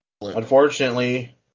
Unfortunately